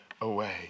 away